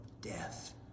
Death